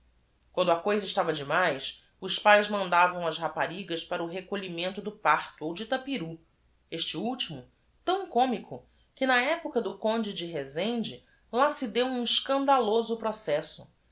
uando a coisa estava de mais os paes mandavam as raparigas para o recolhimento do arto ou de t a p i n i este u l t i m o tão cômico que na época do conde de ezende lá se deu u m escandaloso processo